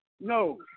No